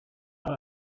hari